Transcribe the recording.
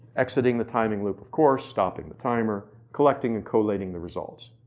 exiting the time and loop, of course. stopping the timer, collecting and collating the results.